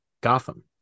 Gotham